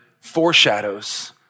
foreshadows